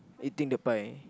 eating the pie